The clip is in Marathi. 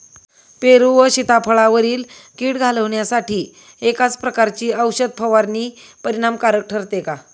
पेरू व सीताफळावरील कीड घालवण्यासाठी एकाच प्रकारची औषध फवारणी परिणामकारक ठरते का?